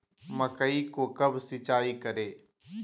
मकई को कब सिंचाई करे?